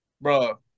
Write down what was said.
Bro